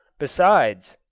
besides,